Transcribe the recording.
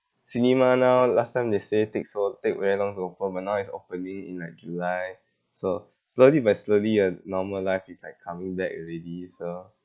cinema now last time they say take so take very long to open but now it's opening in like july so slowly by slowly a normal life is like coming back already so